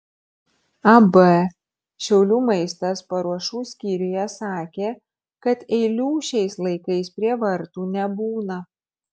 ab šiaulių maistas paruošų skyriuje sakė kad eilių šiais laikais prie vartų nebūna